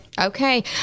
Okay